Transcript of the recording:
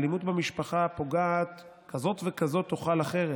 האלימות במשפחה, פוגעת, כזאת וכזאת תאכל החרב: